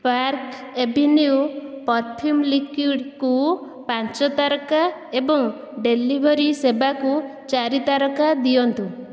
park Avenue perfume ଲିକ୍ୱିଡ଼୍କୁ ପାଞ୍ଚ ତାରକା ଏବଂ ଡେଲିଭରି ସେବାକୁ ଚାରି ତାରକା ଦିଅନ୍ତୁ